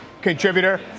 contributor